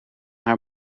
haar